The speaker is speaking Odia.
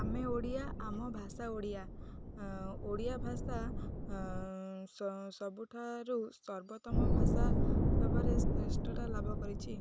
ଆମେ ଓଡ଼ିଆ ଆମ ଭାଷା ଓଡ଼ିଆ ଓଡ଼ିଆ ଭାଷା ସବୁଠାରୁ ସର୍ବୋତ୍ତମ ଭାଷା ଭାବରେ ଶ୍ରେଷ୍ଠଟା ଲାଭ କରିଚି